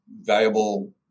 valuable